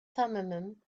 thummim